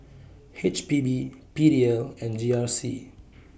H P B P D L and G R C